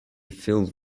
filled